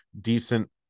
decent